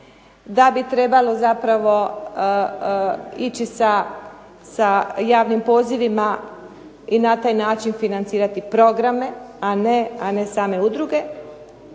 Da bi trebalo ići sa javnim pozivima i na taj način financirati programe, a ne same udruge